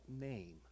name